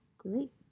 Great